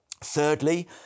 Thirdly